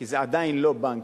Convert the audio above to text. כי זה עדיין לא בנק,